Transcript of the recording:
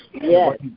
yes